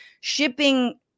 shipping